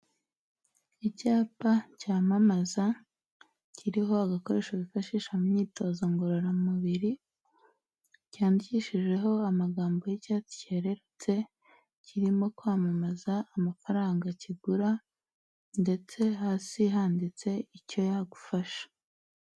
Icyapa cyamamaza, kiriho agakoresho bifashisha mu myitozo ngororamubiri, cyandikishijeho amagambo y'icyatsi cyererutse, kirimo kwamamaza amafaranga kigura ndetse hasi handitse icyo yagufasha.